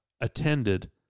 attended